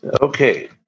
okay